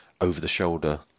over-the-shoulder